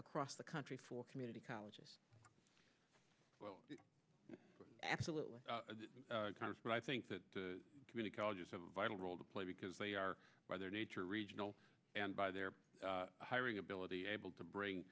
across the country for community colleges absolutely but i think that community colleges vital role to play because they are by their nature regional and by their hiring ability able to bring